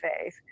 faith